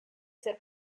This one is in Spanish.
ser